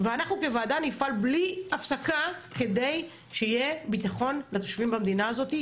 ואנחנו כוועדה נפעל בלי הפסקה כדי שיהיה ביטחון לתושבים במדינה הזאת,